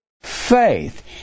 faith